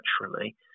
naturally